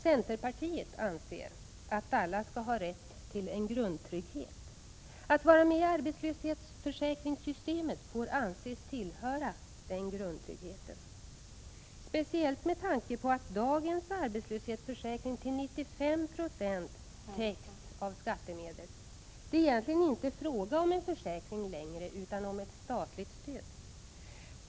Centerpartiet anser att alla skall ha rätt till en grundtrygghet. Att vara med i arbetslöshetsförsäkringssystemet får anses tillhöra den grundtryggheten, speciellt med tanke på att dagens arbetslöshetsförsäkring till 95 20 täcks av skattemedel. Det är egentligen inte längre fråga om en försäkring utan om ett statligt stöd.